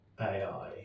AI